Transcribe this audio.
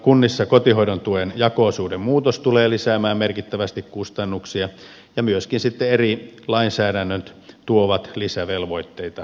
kunnissa kotihoidon tuen jako osuuden muutos tulee lisäämään merkittävästi kustannuksia ja myöskin sitten eri lainsäädännöt tuovat lisävelvoitteita kunnille